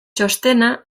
txostena